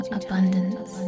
abundance